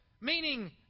meaning